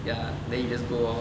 ya then you just go